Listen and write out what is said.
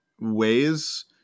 ways